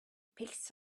picks